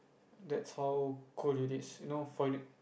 that's how cold it is you know